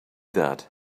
that